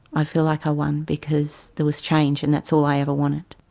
i feel like i won because there was change, and that's all i ever wanted.